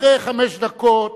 אחרי חמש דקות,